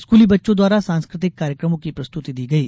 स्कूली बच्चों द्वारा सांस्कृतिक कार्यक्रमों की प्रस्तुति दी गई